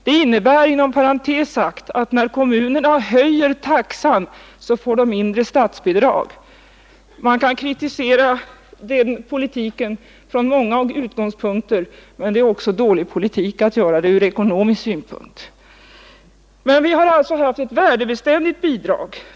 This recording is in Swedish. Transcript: Det innebär, inom parentes, att kommunerna får mindre statsbidrag när de höjer taxan. Man kan kritisera den politiken från många utgångspunkter, men också från snävt ekonomisk synpunkt. Vi har alltså haft ett värdebeständigt bidrag.